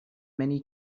many